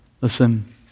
Listen